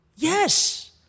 Yes